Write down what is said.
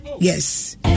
yes